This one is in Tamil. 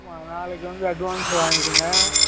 ஆமாம் நாளைக்கு வந்த அட்வான்ஸ் வாங்கிடுங்க